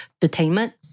detainment